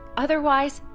otherwise,